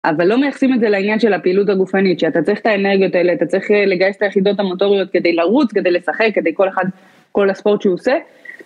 אבל לא מייחסים את זה לעניין של הפעילות הגופנית, שאתה צריך את האנרגיות האלה, אתה צריך לגייס את היחידות המוטוריות כדי לרוץ, כדי לשחק, כדי כל אחד, כל הספורט שהוא עושה.